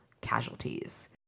casualties